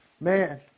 Man